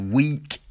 week